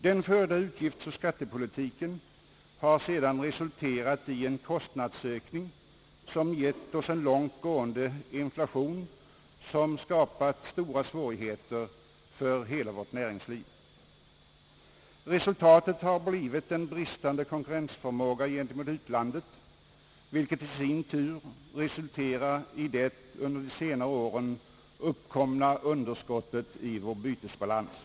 Den förda utgiftsoch skattepolitiken har sedan medfört en kostnadsökning, som gett oss en långt gående inflation, som skapat stora svårigheter för hela vårt näringsliv. Resultatet har blivit en bristande konkurrensförmåga gentemot utlandet, vilket i sin tur vållat det under de senare åren uppkomna underskottet i vår bytesbalans.